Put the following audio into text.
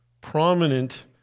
prominent